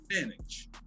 manage